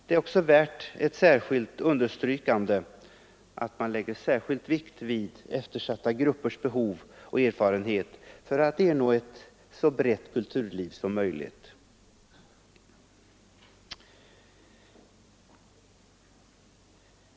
Det är också värt ett särskilt understrykande att man lägger speciell vikt vid eftersatta gruppers behov för att ernå ett så brett kulturliv som möjligt.